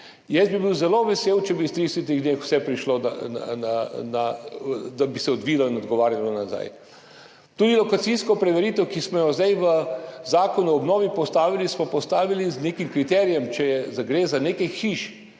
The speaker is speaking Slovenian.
Jaz bi bil zelo vesel, če bi se v 30 dneh vse odvilo in odgovarjalo nazaj. Tudi lokacijsko preveritev, ki smo jo zdaj v Zakonu o obnovi postavili, smo postavili z nekim kriterijem, če gre za nekaj hiš,